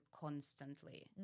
constantly